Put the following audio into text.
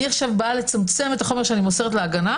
אני באה לצמצם את החומר שאני מוסרת להגנה,